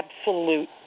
absolute